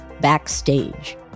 Backstage